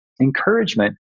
encouragement